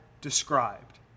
described